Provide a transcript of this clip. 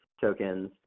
tokens